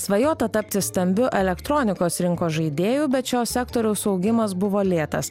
svajota tapti stambiu elektronikos rinkos žaidėju bet šio sektoriaus augimas buvo lėtas